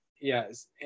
yes